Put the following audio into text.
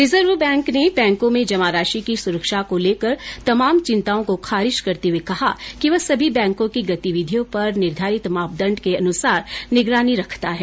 reserve Bank ने बैंकों में जमा राशि की सुरक्षा को लेकर तमाम चिंताओं को खारिज करते हुए कहा है कि वह सभी बैंको की गतिविधियों पर निर्धारित मापदंड के अनुसार निगरानी रखता है